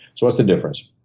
so what's the difference?